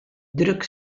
druk